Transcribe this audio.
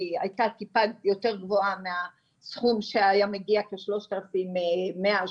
שהיא הייתה טיפה יותר גבוהה מהסכום שהיה מגיע משלושת אלפים מאה,